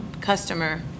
customer